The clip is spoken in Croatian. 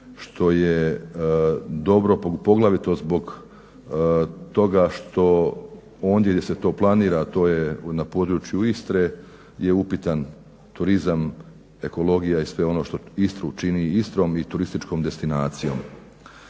što je dobro poglavito zbog toga što onda gdje se to planira, a to je na području Istre je upitan turizam, ekologija i sve ono što Istru čini Istrom i turističkom destinacijom.